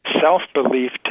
self-belief